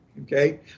Okay